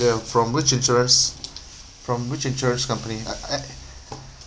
from which insurance from which insurance company I I